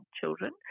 children